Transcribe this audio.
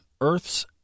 Earth's